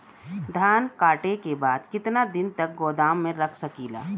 धान कांटेके बाद कितना दिन तक गोदाम में रख सकीला?